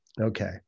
Okay